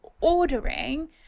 ordering